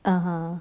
(uh huh)